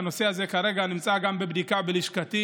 והנושא הזה נמצא כרגע גם בבדיקה בלשכתי.